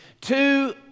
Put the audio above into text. Two